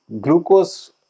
glucose